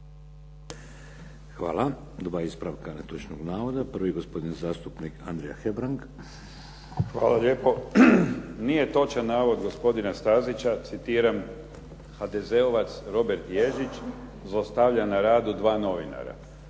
Hvala. Dva ispravka netočnog navoda. Prvi gospodin zastupnik Andrija Hebrang. **Hebrang, Andrija (HDZ)** Hvala lijepo. Nije točan navod gospodina Stazića, citiram: "HDZ-ovac Robert Jezić zlostavlja na radu dva novinara.".